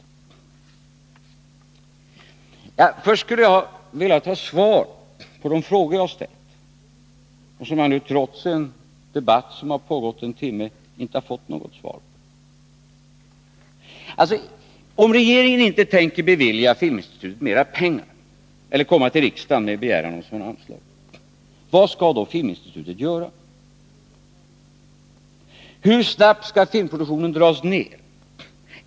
Innan jag svarar skulle jag ha velat ha ett besked i de frågor som jag har ställt och som jag, trots en debatt som pågått i en timme, inte fått något svar på. Om regeringen inte tänker bevilja Filminstitutet pengar eller komma till riksdagen med begäran om anslag, vad skall då Filminstitutet göra? Hur snabbt skall filmproduktionen reduceras?